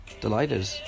Delighted